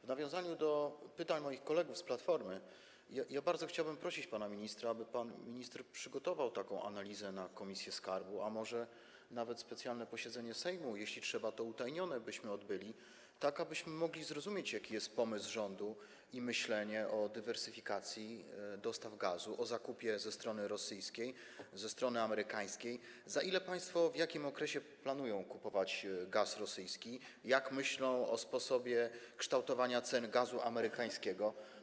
W nawiązaniu do pytań moich kolegów z Platformy bardzo chciałbym prosić pana ministra, aby przygotował taką analizę na posiedzenie komisji skarbu, a może nawet specjalne posiedzenie Sejmu, jeśli trzeba, to utajnione tak abyśmy mogli zrozumieć, jaki jest pomysł rządu i jakie jest myślenie o dywersyfikacji dostaw gazu, o zakupie ze strony rosyjskiej, ze strony amerykańskiej, za ile i w jakim okresie planują państwo kupować gaz rosyjski, jak myślą o sposobie kształtowania cen gazu amerykańskiego.